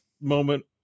moment